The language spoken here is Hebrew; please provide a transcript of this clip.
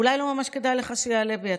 אולי לא ממש כדאי לך שיעלה בידך.